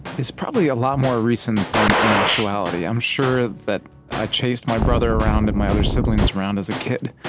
is probably a lot more recent than in actuality. i'm sure that i chased my brother around and my other siblings around as a kid.